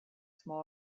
small